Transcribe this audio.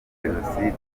jenoside